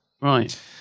right